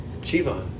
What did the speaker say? Chivon